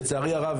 לצערי הרב,